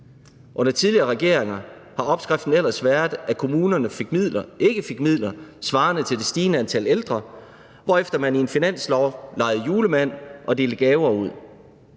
Under tidligere regeringer har opskriften ellers været, at kommunerne ikke fik midler svarende til det stigende antal ældre, hvorefter man i en finanslov legede julemand og delte gaver ud